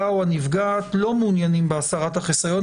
או הנפגעת לא מעוניינים בהסרת החיסיון,